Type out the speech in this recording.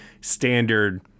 standard